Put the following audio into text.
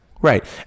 Right